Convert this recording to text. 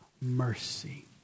mercy